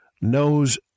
knows